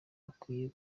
bakwiye